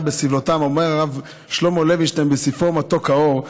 בסבלתם" אומר הרב שלמה לוינשטיין בספרו מתוק האור: